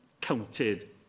counted